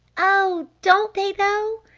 oh don't they though?